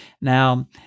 Now